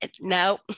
No